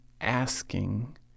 asking